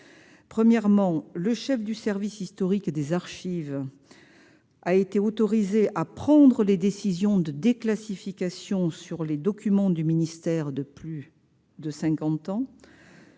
Premièrement, le chef du service historique des archives a été autorisé à prendre des décisions de déclassification sur les documents du ministère de plus de cinquante